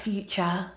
Future